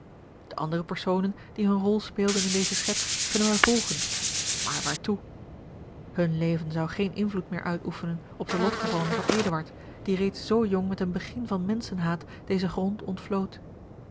de andere personen die hunne rol speelden in deze schets kunnen wij volgen maar waartoe hun leven zou geen invloed meer uitoefenen op de lotgevallen van eduard die reeds zoo jong met een begin van menschenhaat dezen grond